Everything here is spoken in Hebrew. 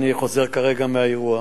אני חוזר כרגע ממקום האירוע.